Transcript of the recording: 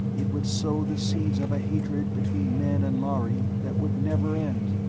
it would sow the seeds of a hatred between men and lhari that would never end.